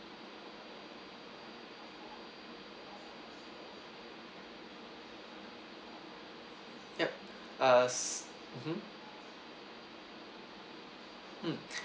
yup uh s~ mmhmm mm